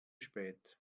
spät